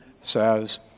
says